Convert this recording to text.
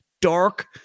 dark